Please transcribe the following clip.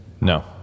No